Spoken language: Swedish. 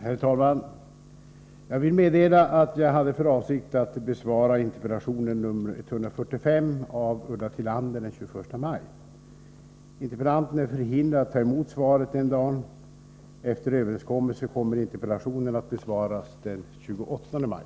Herr talman! Jag vill meddela att jag hade för avsikt att besvara interpellation 145 av Ulla Tillander den 21 maj. Interpellanten är förhindrad att ta emot svaret den dagen. Efter överenskommelse kommer interpellationen att besvaras den 28 maj.